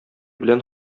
белән